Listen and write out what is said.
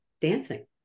dancing